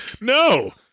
no